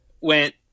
went